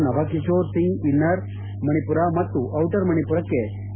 Nabakishore Singh inner Manipur ಮತ್ತು outer ಮಣಿಪುರಕ್ಕೆ K